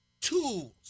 tools